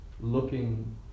looking